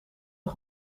een